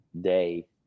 day